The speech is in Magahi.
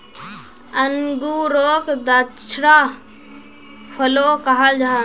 अन्गूरोक द्राक्षा फलो कहाल जाहा